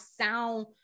sound